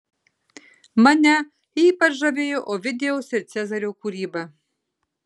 mane ypač žavėjo ovidijaus ir cezario kūryba